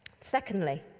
Secondly